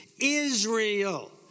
Israel